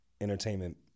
entertainment